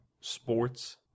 sports